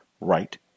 right